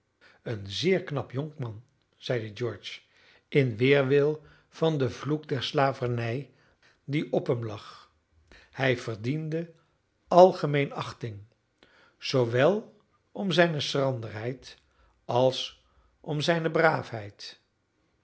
een zeer knap jonkman zeide george in weerwil van den vloek der slavernij die op hem lag hij verdiende algemeene achting zoowel om zijne schranderheid als om zijne